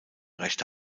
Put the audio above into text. rechte